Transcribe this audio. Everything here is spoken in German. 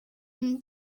dem